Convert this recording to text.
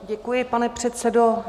Děkuji, pane předsedo.